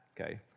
okay